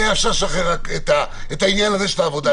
אפשר היה לשחרר את העניין של העבודה.